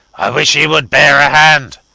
i wish he would bear a hand.